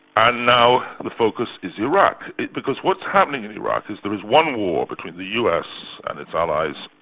and now the focus is iraq. because what's happening and iraq is there is one war between the us and its allies,